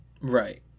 Right